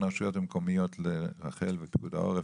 הרשויות המקומיות בין רח"ל לפיקוד העורף,